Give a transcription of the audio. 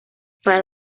para